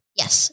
yes